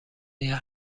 یکدیگر